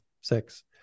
Six